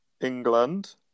England